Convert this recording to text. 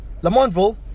Lamontville